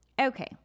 Okay